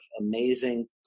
amazing